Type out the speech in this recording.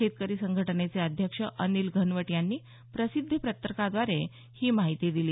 शेतकरी संघटनेचे अध्यक्ष अनिल घनवट यांनी प्रसिद्धी पत्रकाद्वारे ही माहिती दिली